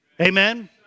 Amen